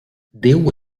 déu